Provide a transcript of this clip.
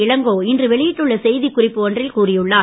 இளங்கோ இன்று வெளியிட்டுள்ள செய்திக்குறிப்பு ஒன்றில் கூறியுள்ளார்